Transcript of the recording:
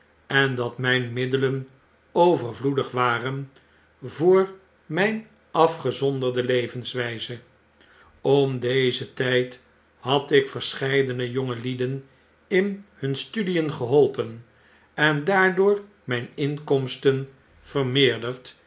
en dat myn middelen overvloedig waren voor myn afgezonderde levenswijze om dezen tyd had ik verscheidene jongelieden in hun studien geholpen en daardoor myn inkomsteii vermeerderd